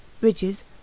bridges